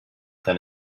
than